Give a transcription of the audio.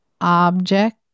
object